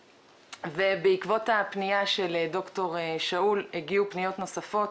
בעקבות הפנייה של ד"ר שאול הגיעו פניות נוספות